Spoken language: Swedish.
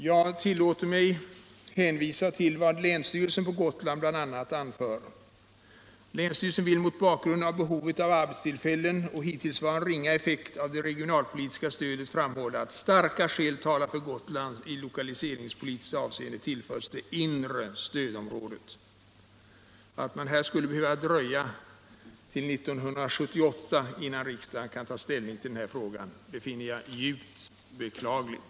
Jag tillåter mig att hänvisa till vad länsstyrelsen på Gotland bl.a. anför: ”Länsstyrelsen vill mot bakgrund av behovet av arbetstillfällen och hittillsvarande ringa effekter av det regionalpolitiska stödet framhålla att starka skäl talar försatt Gotland i lokaliseringspolitiskt avseende tillförs det inre stödområdet.” Att man skulle behöva dröja till 1978 eller ännu längre innan riksdagen kan ta ställning till den här frågan finner jag djupt beklagligt.